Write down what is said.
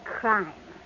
crime